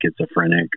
schizophrenic